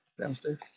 downstairs